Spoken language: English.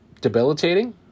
debilitating